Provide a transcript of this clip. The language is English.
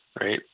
right